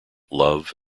love